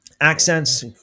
Accents